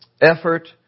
effort